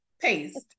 paste